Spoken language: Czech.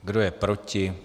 Kdo je proti?